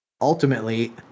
ultimately